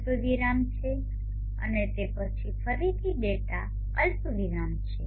અલ્પવિરામ છે અને તે પછી ફરીથી ડેટા અલ્પવિરામ છે